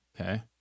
okay